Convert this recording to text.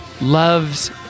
loves